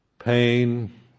Pain